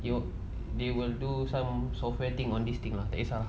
you they will do some software thing on this thing lah like this ah